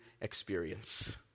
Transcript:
experience